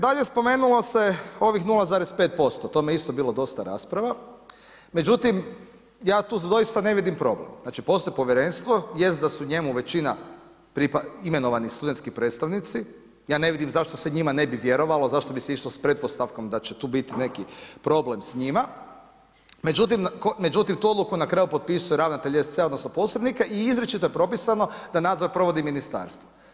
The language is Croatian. Dalje spomenulo se ovih 0,5%, o tom je bilo dosta rasprava, međutim ja tu doista ne vidim problem. znači postoji povjerenstvo, jeste da su u njemu većina imenovani studentski predstavnici, ne vidim zašto se njima ne bi vjerovalo, zašto bi se išlo s pretpostavkom da će tu bit neki problem s njima, međutim tu odluku na kraju potpisuje ravnatelj SC-a, odnosno posrednika i izričito je propisano da nadzor provodi ministarstvo.